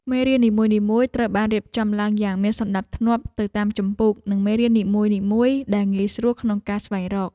មេរៀននីមួយៗត្រូវបានរៀបចំឡើងយ៉ាងមានសណ្តាប់ធ្នាប់ទៅតាមជំពូក និងមេរៀននីមួយៗដែលងាយស្រួលក្នុងការស្វែងរក។